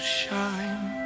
shine